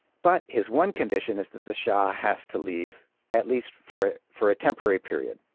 but his one condition is that the shah has to leave at least for for a temporary period.